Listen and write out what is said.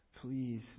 please